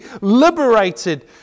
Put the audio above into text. liberated